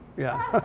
yeah.